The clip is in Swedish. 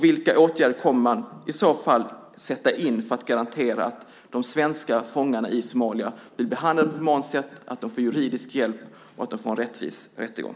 Vilka åtgärder kommer man i så fall att sätta in för att garantera att de svenska fångarna i Somalia blir behandlade på ett humant sätt, får juridisk hjälp och en rättvis rättegång?